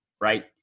right